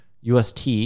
UST